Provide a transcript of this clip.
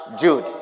Jude